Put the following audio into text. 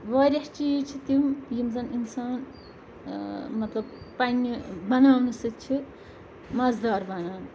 واریاہ چیٖز چھِ تِم یِم زَن اِنسان مطلب پنٛنہِ بَناونہٕ سۭتۍ چھِ مَزٕدار بَنان